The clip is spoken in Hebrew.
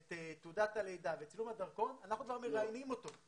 תעודת לידה וצילום הדרכון אנחנו כבר מעלים אותו.